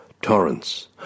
Torrents